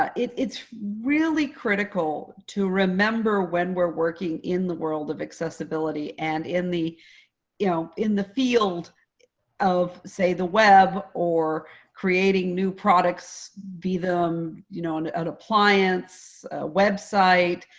ah it's it's really critical to remember, when we're working in the world of accessibility and in the you know in the field of, say, the web or creating new products, be them you know an appliance, a website,